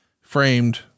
framed